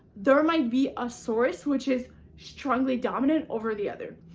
there might be a source which is strongly dominant over the others.